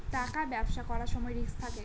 টাকার ব্যবসা করার সময় রিস্ক থাকে